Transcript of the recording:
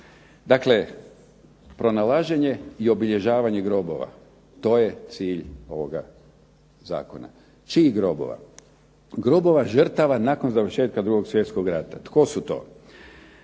Dakle, pronalaženje i obilježavanje grobova to je cilj ovoga zakona. Čijih grobova? Grobova žrtava nakon završetka 2. svjetskog rata. Tko su to?